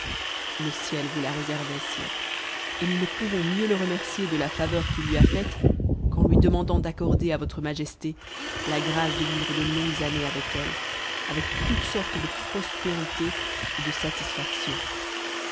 le ip vous la réservait sire et nous ne pouvons mieux le remercier de la faveur qu'il lui a faite qu'en lui demandant d'accorder à votre majesté la tmce de vivre de longues années avec elle avec toute sorte de prospérités t't de satisfactions